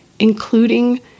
including